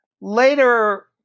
Later